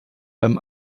beim